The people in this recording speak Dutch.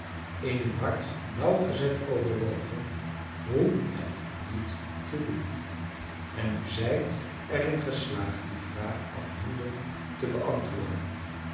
in uw hart nauwgezet overwogen hoe het niet te doen en u zijt er in geslaagd die vraag afdoende te beantwoorden